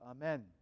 Amen